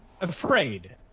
afraid